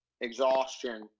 exhaustion